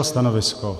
Stanovisko?